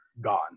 gone